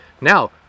Now